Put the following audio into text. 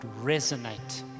resonate